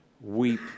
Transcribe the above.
weep